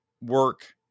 work